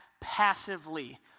passively